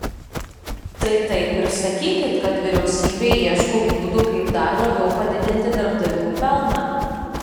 tai taip ir sakykit kad vyriausybė ieško būdų kaip dar labiau padidinti darbdavių pelną